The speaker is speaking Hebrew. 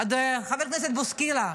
חבר הכנסת בוסקילה,